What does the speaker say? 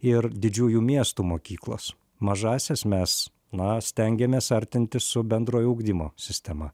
ir didžiųjų miestų mokyklos mažąsias mes na stengiamės artinti su bendrojo ugdymo sistema